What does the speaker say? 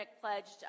pledged